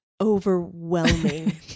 Overwhelming